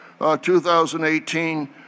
2018